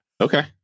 Okay